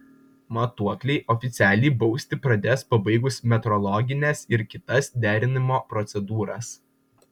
matuokliai oficialiai bausti pradės pabaigus metrologines ir kitas derinimo procedūras